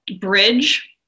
bridge